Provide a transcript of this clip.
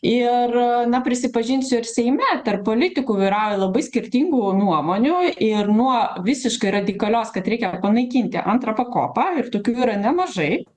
ir na prisipažinsiu ir seime tarp politikų yra labai skirtingų nuomonių ir nuo visiškai radikalios kad reikia panaikinti antrą pakopą ir tokių yra nemažai